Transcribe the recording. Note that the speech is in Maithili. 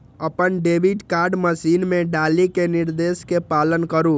अपन डेबिट कार्ड मशीन मे डालि कें निर्देश के पालन करु